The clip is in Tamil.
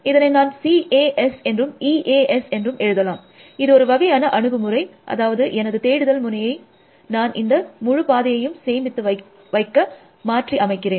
இதனை நான் C A S என்றும் E A S என்றும் எழுதலாம் இது ஒரு வகையான அணுகுமுறை அதாவது எனது தேடுதல் முனையை நான் இந்த முழு பாதையையும் சேமித்து வைக்க மாற்றி அமைக்கிறேன்